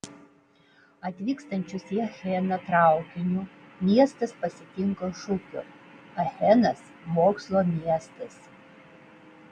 atvykstančius į acheną traukiniu miestas pasitinka šūkiu achenas mokslo miestas